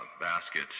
basket